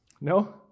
No